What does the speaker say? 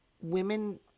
women